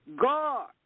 God